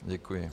Děkuji.